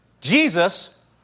Jesus